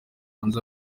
hanze